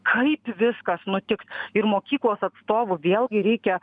kaip viskas nutiks ir mokyklos atstovų vėlgi reikia